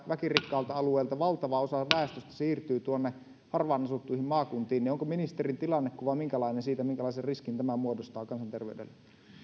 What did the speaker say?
väkirikkaalta alueelta valtava osa väestöstä siirtyy tuonne harvaan asuttuihin maakuntiin niin minkälainen on ministerin tilannekuva siitä minkälaisen riskin tämä muodostaa kansanterveydelle